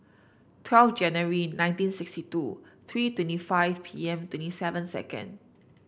twelve January nineteen sixty two three twenty five P M twenty seven second